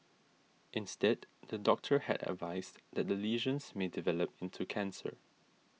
instead the doctor had advised that the lesions may develop into cancer